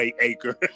acre